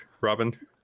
Robin